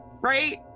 right